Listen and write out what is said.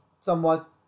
somewhat